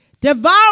devour